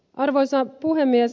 arvoisa puhemies